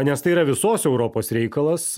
nes tai yra visos europos reikalas